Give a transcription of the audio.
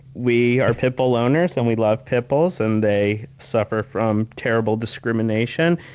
we are pit bull owners, and we love pit bulls, and they suffer from terrible discrimination.